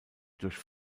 durch